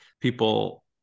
people